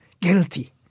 guilty